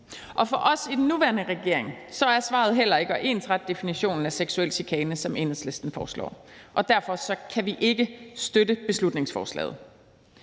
For os i den nuværende regering er svaret heller ikke at ensrette definitionen af seksuel chikane, som Enhedslisten foreslår, og derfor kan vi ikke støtte beslutningsforslaget.